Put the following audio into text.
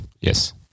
Yes